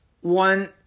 One